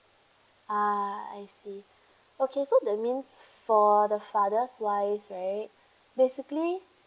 ah I see okay so that means for the father's wise right basically